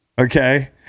Okay